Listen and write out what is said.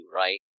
right